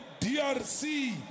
DRC